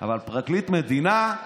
אבל פרקליט מדינה,